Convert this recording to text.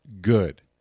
Good